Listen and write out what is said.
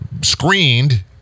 screened